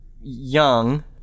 young